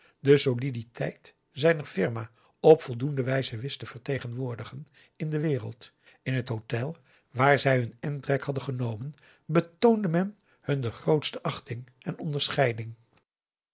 de soliditeit zijner firma op voldoende wijze wist te vertegenwoordigen in de wereld in het hotel waar zij hun intrek hadden genomen betoonde men hun de grootste achting en onderscheiding